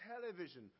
television